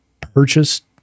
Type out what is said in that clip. purchased